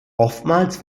oftmals